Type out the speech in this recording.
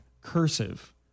Cursive